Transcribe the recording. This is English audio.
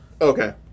Okay